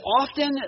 often